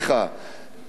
נשים כאלה,